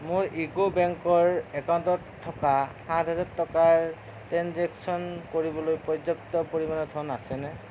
মোৰ ইউকো বেংকৰ একাউণ্টত থকা সাত হেজাৰ টকাৰ ট্ৰেঞ্জেকশ্য়ন কৰিবলৈ পৰ্যাপ্ত পৰিমাণৰ ধন আছেনে